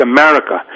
America